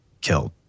killed